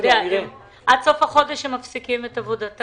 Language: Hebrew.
עד סוף החודש הם מפסיקים את עבודתם.